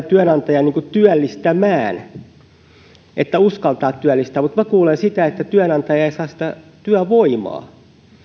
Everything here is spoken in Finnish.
työnantajan työllistämään uskaltamaan työllistää mutta minä kuulen sitä että toisissa yrityksissä työnantaja ei saa sitä työvoimaa